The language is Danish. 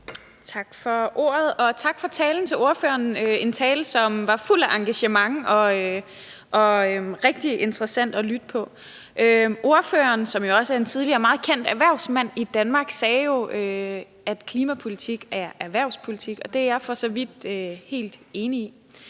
Tak for ordet, og tak til ordføreren for talen, en tale, som var fuld af engagement og rigtig interessant at lytte til. Ordføreren, som også er en tidligere meget kendt erhvervsmand i Danmark, sagde jo, at klimapolitik er erhvervspolitik, og det er jeg for så vidt helt enig i,